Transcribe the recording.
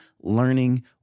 learning